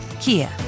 Kia